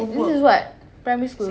this is what primary school